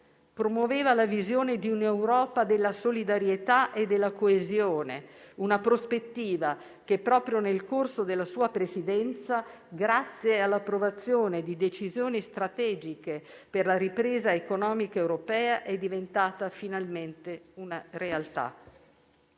Promuoveva la visione di un'Europa della solidarietà e della coesione, una prospettiva che proprio nel corso della sua Presidenza, grazie all'approvazione di decisioni strategiche per la ripresa economica europea, è diventata finalmente una realtà.